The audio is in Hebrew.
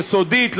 יסודית,